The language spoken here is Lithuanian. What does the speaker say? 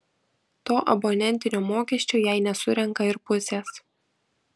to abonentinio mokesčio jei nesurenka ir pusės